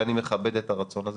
ואני מכבד את הרצון הזה,